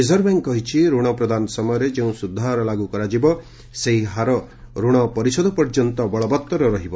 reserve bank କହିଛି ଋଣ ପ୍ରଦାନ ସମୟରେ ଯେଉଁ ସ୍ରଧହାର ଲାଗ୍ର କରାଯିବ ସେହି ହାର ଋଣ ପରିଶୋଧ ପର୍ଯ୍ୟନ୍ତ ବଳବତ୍ତର ରହିବ